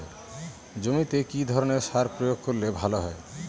জমিতে কি ধরনের সার প্রয়োগ করলে ভালো হয়?